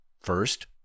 First